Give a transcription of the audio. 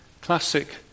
classic